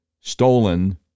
stolen